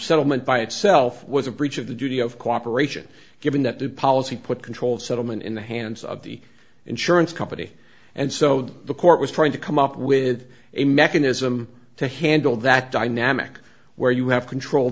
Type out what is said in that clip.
settlement by itself was a breach of the duty of cooperation given that the policy put control settlement in the hands of the insurance company and so the court was trying to come up with a mechanism to handle that dynamic where you have control